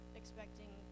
expecting